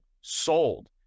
sold